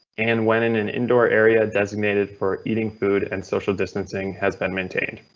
and when in an indoor area designated for eating food and social distancing has been maintained.